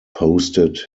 posted